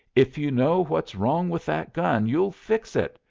if you know what's wrong with that gun, you fix it!